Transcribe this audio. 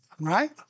right